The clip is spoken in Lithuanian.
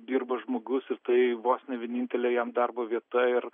dirba žmogus ir tai vos ne vienintelė jam darbo vieta ir